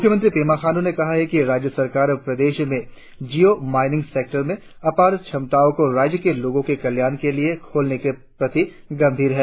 मुख्यमंत्री पेमा खांडू ने कहा है कि राज्य सरकार प्रदेश में जीयो माईनिंग सेक्टर में आपार क्षमताओं को राज्य के लोगों के कल्याण के लिए खोलने के प्रति गंभीर है